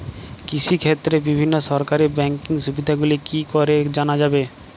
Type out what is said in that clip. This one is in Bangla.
কৃষিক্ষেত্রে বিভিন্ন সরকারি ব্যকিং সুবিধাগুলি কি করে জানা যাবে?